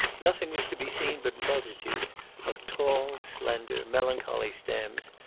nothing was to be seen but multitudes of tall, slender, melancholy stems,